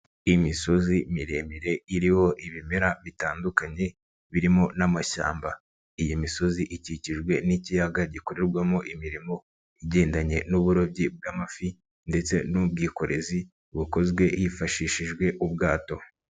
Imisozi miremire iriho ibimera bitandukanye birimo n'amashyamba, iyi misozi ikikijwe n'ikiyaga gikorerwamo imirimo igendanye n'uburobyi bw'amafi ndetse n'ubwikorezi bukozwe hifashishijwe ubwato.